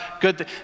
good